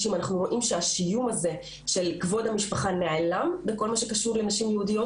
אנחנו רואים שהשיום הזה של כבוד המשפחה נעלם בכל מה שקשור לנשים יהודיות,